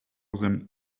them